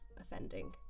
offending